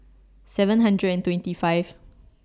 seven hundred and twenty five